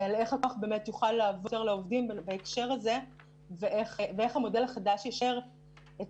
על איך הכוח באמת יוכל לעבור לעובדים ואיך המודל החדש ישפר את